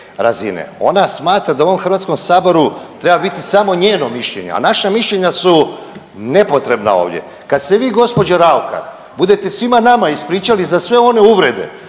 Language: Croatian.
Ona smatra da u ovom Hrvatskom saboru treba biti samo njeno mišljenje, a naša mišljenja su nepotrebna ovdje. Kad ste vi gospođo Raukar budete svima nama ispričali za sve one uvrede